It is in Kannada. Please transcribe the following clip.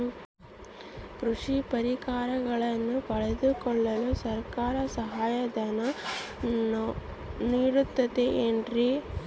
ಕೃಷಿ ಪರಿಕರಗಳನ್ನು ಪಡೆದುಕೊಳ್ಳಲು ಸರ್ಕಾರ ಸಹಾಯಧನ ನೇಡುತ್ತದೆ ಏನ್ರಿ?